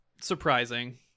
surprising